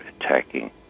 attacking